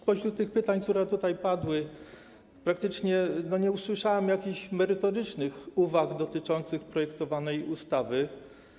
Spośród tych pytań, które tutaj padły, praktycznie nie usłyszałem jakichś merytorycznych uwag dotyczących projektowanej ustawy.